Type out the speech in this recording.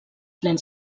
lents